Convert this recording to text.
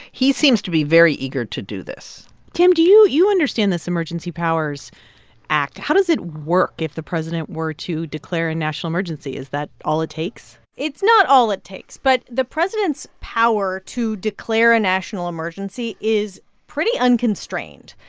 he seems to be very eager to do this tam, do you you understand this emergency powers act. how does it work if the president were to declare a national emergency? is that all it takes? it's not all it takes. but the president's power to declare a national emergency is pretty unconstrained.